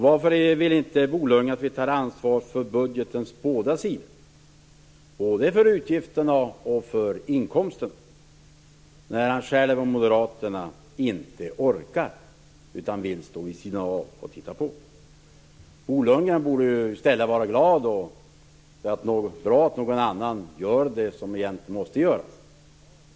Varför vill inte Bo Lundgren att vi tar ansvar för budgetens båda sidor - både för utgifterna och för inkomsterna? Han själv och Moderaterna orkar ju inte. De vill stå vid sidan av och titta på. Bo Lundgren borde i stället vara glad och tycka att det är bra att någon annan gör det som egentligen borde göras.